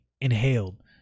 inhaled